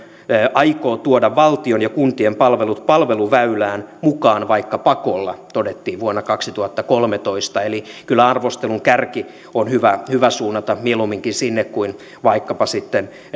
aikoo tuoda valtion ja kuntien palvelut palveluväylään mukaan vaikka pakolla todettiin vuonna kaksituhattakolmetoista eli kyllä arvostelun kärki on hyvä hyvä suunnata mieluumminkin sinne kuin vaikkapa sitten